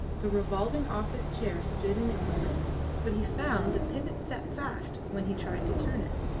the revolving office chair stood in its place, but he found the pivot set fast when he tried to turn it.